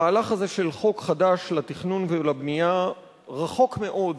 המהלך הזה של חוק חדש של התכנון והבנייה רחוק מאוד